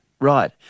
Right